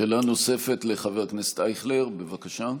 שאלה נוספת, לחבר הכנסת אייכלר, בבקשה.